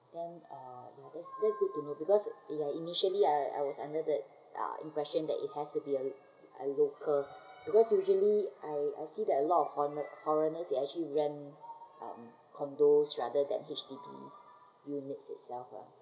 then uh that's that's good to know because initially I I was under the impression that it has to be a a local because usually I I see that a lot of foreign~ foreigners they actually rent um condos rather than H_D_B unit itself uh